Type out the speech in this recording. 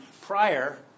prior